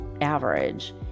average